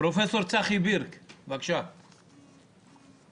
שלא